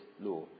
law